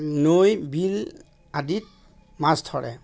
নৈ বিল আদিত মাছ ধৰে